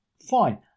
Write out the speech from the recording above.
fine